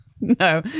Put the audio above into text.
no